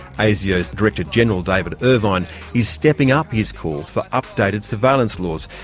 asio's director-general david irvine is stepping up his calls for updated surveillance laws,